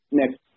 next